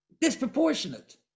disproportionate